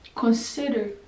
Consider